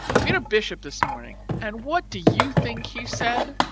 we had a bishop this morning, and what do you think he said?